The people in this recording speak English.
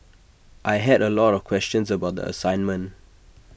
I had A lot of questions about the assignment